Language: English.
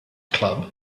club